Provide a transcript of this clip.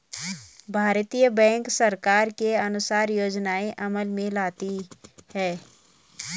भारतीय बैंक सरकार के अनुसार योजनाएं अमल में लाती है